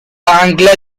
ancla